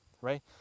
right